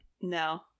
No